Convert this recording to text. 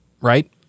right